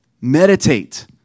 Meditate